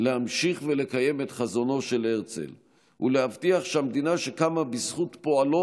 להמשיך ולקיים את חזונו של הרצל ולהבטיח שהמדינה שקמה בזכות פועלו